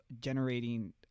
generating